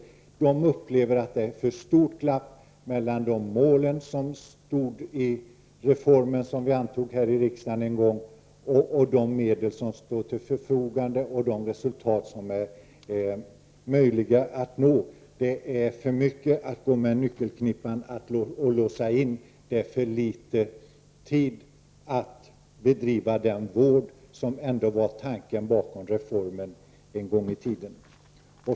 Personalen upplever att det är för stort glapp mellan de mål som angavs i den reform vi antog här i riksdagen en gång och de medel som står till förfogande samt de resultat som är möjliga att nå. Det är för mycket att gå med nyckelknippan och låsa in, och det är för litet tid att bedriva den vård som var tanken bakom reformen en gång i tiden.